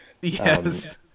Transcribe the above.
Yes